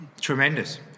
tremendous